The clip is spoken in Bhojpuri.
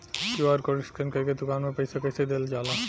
क्यू.आर कोड स्कैन करके दुकान में पईसा कइसे देल जाला?